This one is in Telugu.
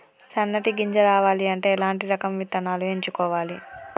సన్నటి గింజ రావాలి అంటే ఎలాంటి రకం విత్తనాలు ఎంచుకోవాలి?